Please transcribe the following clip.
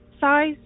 size